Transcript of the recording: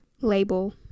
label